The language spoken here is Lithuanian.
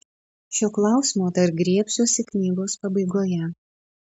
šio klausimo dar griebsiuosi knygos pabaigoje